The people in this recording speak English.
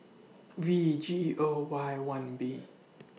V G O Y one B